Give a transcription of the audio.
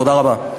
תודה רבה.